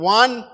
one